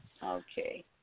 Okay